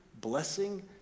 blessing